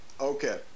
Okay